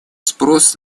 спрос